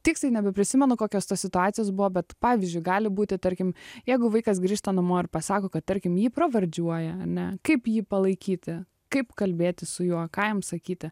tiksliai nebeprisimenu kokios tos situacijos buvo bet pavyzdžiui gali būti tarkim jeigu vaikas grįžta namo ir pasako kad tarkim jį pravardžiuoja ane kaip jį palaikyti kaip kalbėtis su juo ką jam sakyti